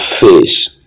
face